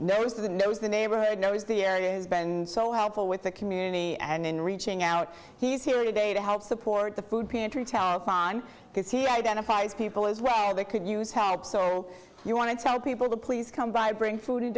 knows the knows the neighborhood knows the area has been so helpful with the community and then reaching out he's here today to help support the food pantry telefon because he identifies people as well they could use help so you want to tell people the please come by bring food and